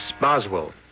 Boswell